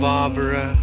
Barbara